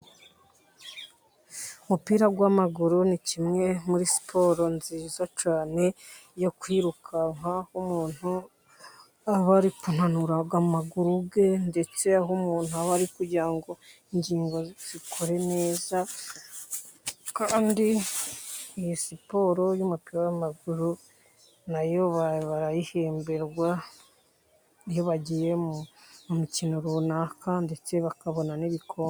Umupira w'amaguru ni kimwe muri siporo nziza cyane.yo kwirukanka aho umuntu aba ari kunanura amaguru, ye ndetse aho umuntu aba ari kugira ngo ingingo zikore neza. kandi ni siporo y'umupira w'amaguru nayo barayihemberwa iyo bagiye mu mikino runaka ndetse bakabona n'ibikombe.